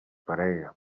parega